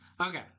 okay